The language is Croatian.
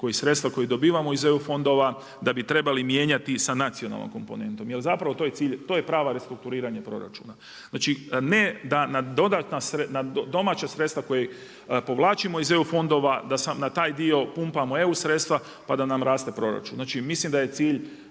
sredstva koja dobivamo iz EU fondova da bi trebali mijenjati sa nacionalnom komponentom. Jer zapravo to je cilj, to je pravo restrukturiranje proračuna. Znači ne da na domaća sredstva koja povlačimo iz EU fondova da na taj dio pumpamo EU sredstva pa da nam raste proračun. Znači mislim da je cilj